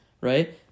right